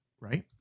right